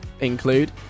include